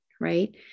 right